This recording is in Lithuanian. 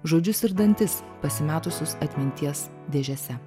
žodžius ir dantis pasimetusius atminties dėžėse